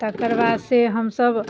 तकर बाद से हमसब